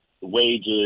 wages